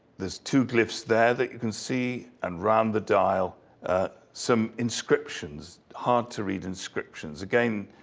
there's two glyphs there that you can see and around the dial some inscriptions, hard to read inscriptions. again,